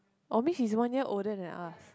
oh means she's one year older than us